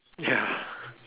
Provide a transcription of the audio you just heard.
ya